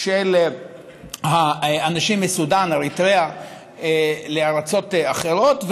של האנשים מסודן ואריתריאה לארצות אחרות,